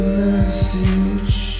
message